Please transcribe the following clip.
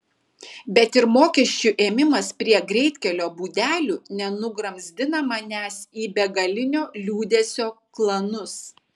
bet ir mokesčių ėmimas prie greitkelių būdelių nenugramzdina manęs į begalinio liūdesio klanus